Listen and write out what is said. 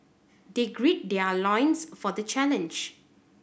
they gird their loins for the challenge